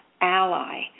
ally